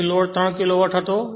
તેથી load 3 kilowatt હતો